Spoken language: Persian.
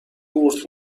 قورت